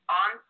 on